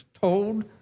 told